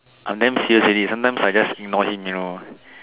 I'm damn serious already sometimes I just ignore him you know